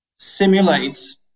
Simulates